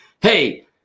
Hey